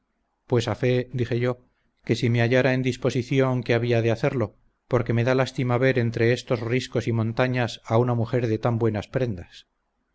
pues a fe dije yo que si me hallara en disposición que había de hacerlo porque me da lástima ver entre estos riscos y montañas a una mujer de tan buenas prendas